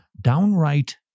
downright